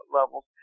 levels